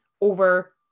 over